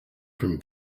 from